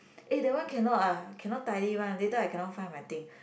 eh that one cannot ah cannot tidy one later I cannot find my thing